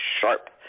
sharp